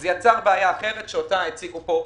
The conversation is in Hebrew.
זה יצר בעיה אחרת, שאותה הציגו חברינו,